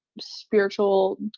spiritual